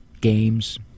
games